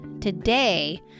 Today